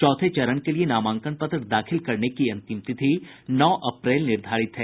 चौथे चरण के लिए नामांकन पत्र दाखिल करने की अंतिम तिथि नौ अप्रैल निर्धारित है